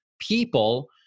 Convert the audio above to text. people